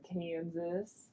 kansas